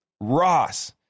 Ross